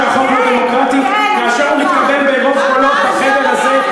את קובעת שהחוק הוא לא דמוקרטי כאשר הוא מתקבל ברוב קולות בחדר הזה,